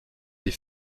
les